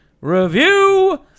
review